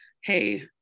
Hey